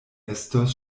estos